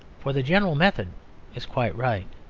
for the general method is quite right.